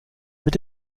mit